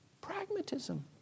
Pragmatism